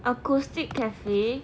acoustic cafe